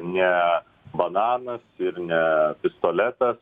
ne bananas ir ne pistoletas